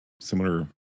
similar